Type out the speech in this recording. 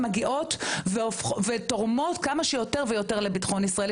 מגיעות ותורמות כמה שיותר ויותר לביטחון ישראל.